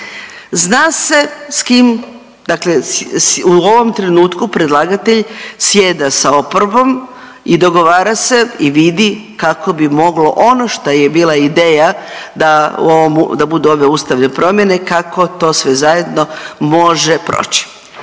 Zna se s kim dakle, u ovom trenutku predlagatelj sjeda sa oporbom i dogovara se i vidi kako bi moglo ono što je bila ideja da ovomu, da budu ove ustavne promjene, kako to sve zajedno može proći.